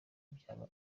byaba